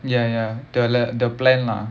ya ya the like the plan lah